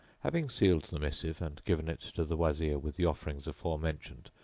having sealed the missive and given it to the wazir with the offerings aforementioned,